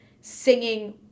singing